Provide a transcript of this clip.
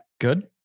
Good